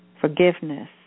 Forgiveness